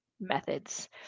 methods